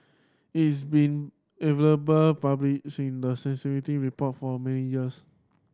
is been available public seen the report for many years